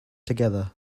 together